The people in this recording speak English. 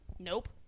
Nope